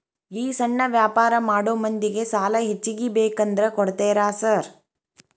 ಈ ಸಣ್ಣ ವ್ಯಾಪಾರ ಮಾಡೋ ಮಂದಿಗೆ ಸಾಲ ಹೆಚ್ಚಿಗಿ ಬೇಕಂದ್ರ ಕೊಡ್ತೇರಾ ಸಾರ್?